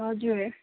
हजुर